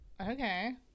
Okay